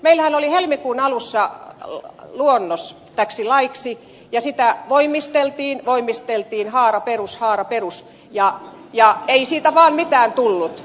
meillähän oli helmikuun alussa luonnos täksi laiksi ja sitä voimisteltiin voimisteltiin haara perus haara perus ja ei siitä vaan mitään tullut